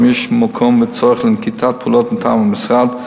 יש מקום וצורך לנקיטת פעולות מטעם המשרד,